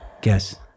Guess